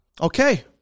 okay